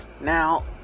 Now